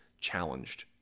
challenged